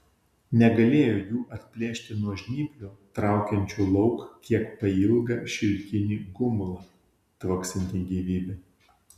negalėjo jų atplėšti nuo žnyplių traukiančių lauk kiek pailgą šilkinį gumulą tvaksintį gyvybe